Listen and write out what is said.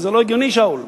זה לא הגיוני, שאול?